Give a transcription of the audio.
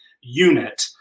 unit